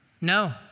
No